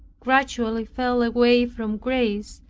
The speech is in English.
gradually fell away from grace,